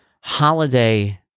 holiday